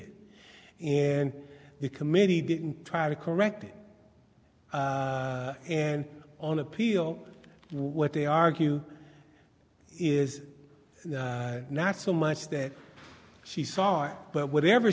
it and the committee didn't try to correct it and on appeal what they argue is not so much that she saw it but whatever